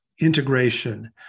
integration